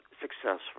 successful